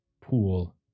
pool